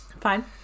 Fine